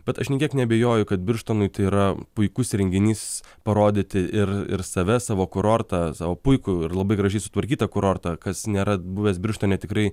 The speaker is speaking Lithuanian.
bet aš nė kiek neabejoju kad birštonui tai yra puikus renginys parodyti ir ir save savo kurortą savo puikų ir labai gražiai sutvarkytą kurortą kas nėra buvęs birštone tikrai